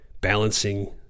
balancing